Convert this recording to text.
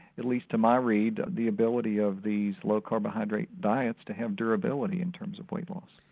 at least to my read, the ability of these low carbohydrate diets to have durability in terms of weight loss.